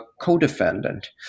co-defendant